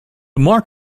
mark